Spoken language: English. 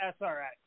SRX